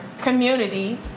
community